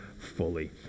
fully